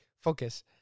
focus